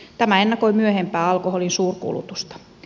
tämä ennakoi myöhempää alkoholin suurkulutusta